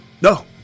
No